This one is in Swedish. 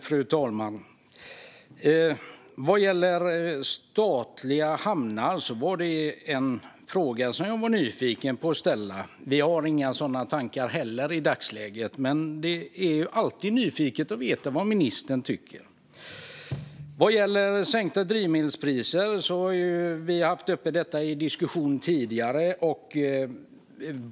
Fru talman! Detta om statliga hamnar var en fråga som jag var nyfiken på att ställa. Vi har inga sådana tankar heller i dagsläget, men det är alltid intressant att veta vad ministern tycker. Sänkta drivmedelspriser är något som vi har haft uppe i diskussionen tidigare.